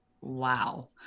wow